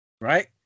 Right